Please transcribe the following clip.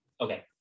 Okay